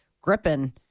gripping